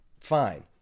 fine